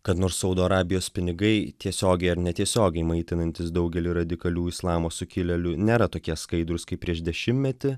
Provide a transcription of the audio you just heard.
kad nors saudo arabijos pinigai tiesiogiai ar netiesiogiai maitinantys daugelį radikalių islamo sukilėlių nėra tokie skaidrūs kaip prieš dešimmetį